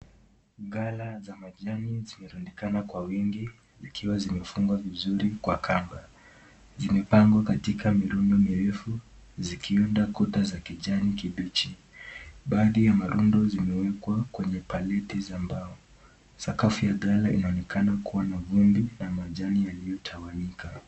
Gala za majani zimerundikana kwa wingi zikiwa zimefungwa vizuri kwa kamba. Zimepangwa katika mirundo mirefu zikunda kuta za kijani kibichi. Baadhi ya mrundo zimeekwa kwenye paliti za mbao. Sakafu ya gala inaonekana kuwa na vumbi na majani yaliyotawanyika.